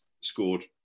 scored